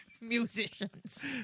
musicians